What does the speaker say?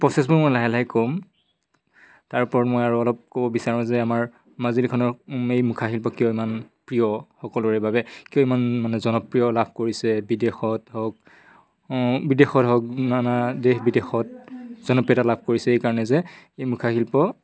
প্ৰচেছবোৰ মই লাহে লাহে ক'ম তাৰপৰা মই আৰু অলপ ক'ব বিচাৰোঁ যে আমাৰ মাজুলীখনৰ এই মুখাশিল্প কিয় ইমান প্ৰিয় সকলোৰে বাবে কিয় ইমান মানে জনপ্ৰিয় লাভ কৰিছে বিদেশত হওক বিদেশত হওক নানা দেশ বিদেশত জনপ্ৰিয়তা লাভ কৰিছে এইকাৰণে যে এই মুখা শিল্প